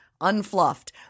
unfluffed